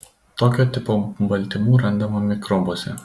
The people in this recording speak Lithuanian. tokio tipo baltymų randama mikrobuose